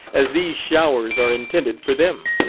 as these showers are intended for them.